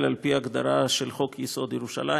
בבקשה, אדוני השר.